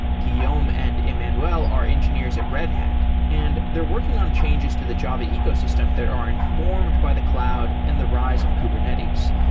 um and emmanuel are engineers at red hat and they're working on changes to the java ecosystem that are informed by the cloud and the rise of kubernetes.